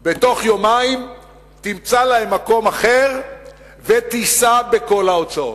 בתוך יומיים תמצא להם מקום אחר ותישא בכל ההוצאות.